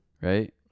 right